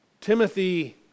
Timothy